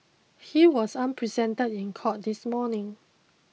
he was unrepresented in court this morning